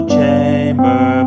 Chamber